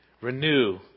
renew